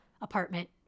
apartment